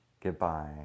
Goodbye